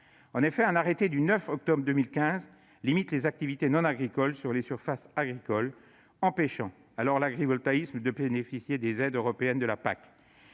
En effet, un arrêté du 9 octobre 2015 limite les « activités non agricoles » sur les surfaces agricoles, empêchant dès lors l'agrivoltaïsme de bénéficier des aides de la PAC.